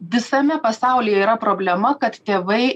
visame pasaulyje yra problema kad tėvai